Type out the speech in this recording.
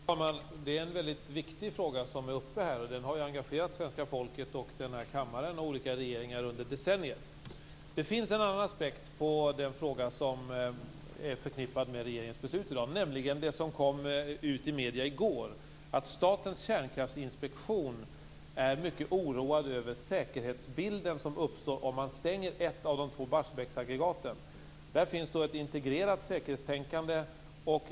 Fru talman! Det är en väldigt viktig fråga som är uppe. Den har engagerat svenska folket, den här kammaren och olika regeringar under decennier. Det finns en annan aspekt på den fråga som är förknippad med regeringens beslut i dag. Den gäller det som kom ut i medierna i går om att Statens kärnkraftsinspektion är mycket oroad över säkerhetsbilden som uppstår om man stänger ett av de två Barsebäcksaggregaten. Där finns nämligen ett integrerat säkerhetstänkande.